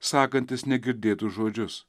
sakantis negirdėtus žodžius